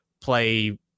play